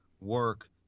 work